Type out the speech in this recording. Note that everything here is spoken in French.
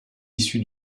issu